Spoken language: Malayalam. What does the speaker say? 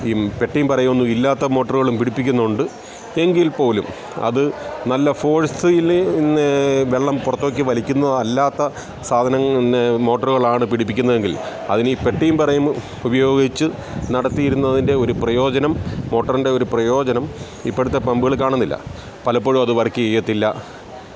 ഈ പെട്ടിയും പറയുമൊന്നും ഇല്ലാത്ത മോട്ടറുകളും പിടിപ്പിക്കുന്നുണ്ട് എങ്കിൽപ്പോലും അത് നല്ല ഫോഴ്സിൽ വെള്ളം പുറത്തേക്ക് വലിക്കുന്നതല്ലാത്ത സാധനം മോട്ടറുകളാണ് പിടിപ്പിക്കുന്നതെങ്കിൽ അതിനി പെട്ടിയും പറയും ഉപയോഗിച്ച് നടത്തിയിരുന്നതിൻ്റെ ഒരു പ്രയോജനം മോട്ടറിൻ്റെ ഒരു പ്രയോജനം ഇപ്പോഴത്തെ പമ്പുകളിൽ കാണുന്നില്ല പലപ്പോഴും അത് വർക്ക് ചെയ്യത്തില്ല